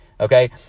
okay